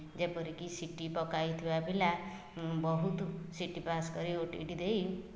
ଯେପରିକି C T ପକାଇଥିବା ପିଲା ବହୁତ ସି ଟି ପାସ୍ କରି ଓ ଟି ଇ ଟି ଦେଇ